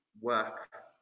work